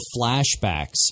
flashbacks